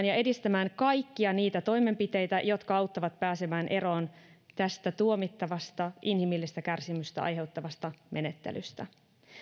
ja edistää kaikkia niitä toimenpiteitä jotka auttavat pääsemään eroon tästä tuomittavasta inhimillistä kärsimystä aiheuttavasta menettelystä